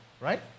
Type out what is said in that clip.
right